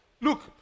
Look